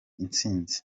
intsinzi